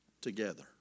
together